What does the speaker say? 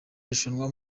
irushanwa